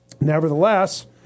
Nevertheless